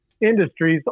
industries